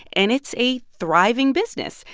and it's a thriving business,